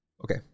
Okay